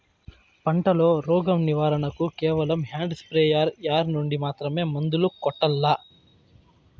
పంట లో, రోగం నివారణ కు కేవలం హ్యాండ్ స్ప్రేయార్ యార్ నుండి మాత్రమే మందులు కొట్టల్లా?